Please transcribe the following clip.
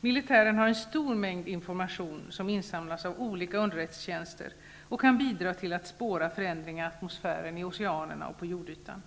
Militären har en stor mängd information som insamlats av olika underrättelsetjänster och som kan bidra till att spåra förändringar i atmosfären, i oceanerna och på jordytan.